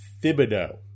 Thibodeau